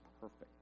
perfect